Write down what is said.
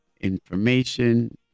information